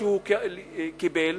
שהוא קיבל,